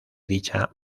dicha